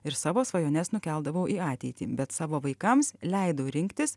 ir savo svajones nukeldavau į ateitį bet savo vaikams leidau rinktis